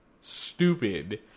stupid